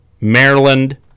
Maryland